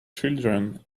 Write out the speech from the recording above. children